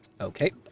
Okay